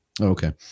okay